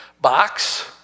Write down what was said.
box